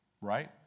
Right